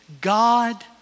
God